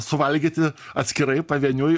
suvalgyti atskirai pavieniui